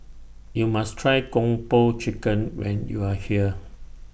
YOU must Try Kung Po Chicken when YOU Are here